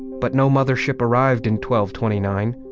but no mother ship arrived in twelve twenty nine.